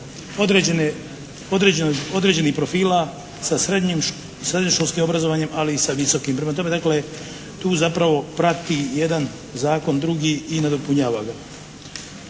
određenih profila sa srednjoškolskim obrazovanjem, ali i sa visokim. Prema tome, dakle tu zapravo prati jedan zakon drugi i nadopunjava ga.